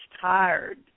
tired